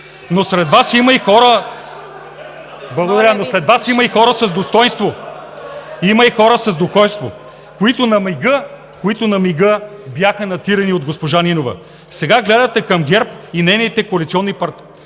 достойнство. Има и хора с достойнство, които на мига бяха натирени от госпожа Нинова. Сега гледате към ГЕРБ и нейните коалиционни партньори,